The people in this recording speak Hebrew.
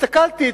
הסתכלתי,